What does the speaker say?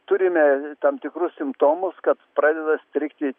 turime tam tikrus simptomus kad pradeda strigti